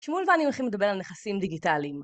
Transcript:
שמול ואני הולכים לדבר על נכסים דיגיטליים.